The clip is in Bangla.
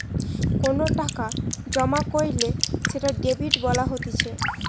কোনো টাকা জমা কইরলে সেটা ডেবিট করা বলা হতিছে